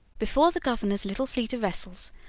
before the governor's little fleet of vessels,